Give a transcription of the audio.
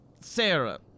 Sarah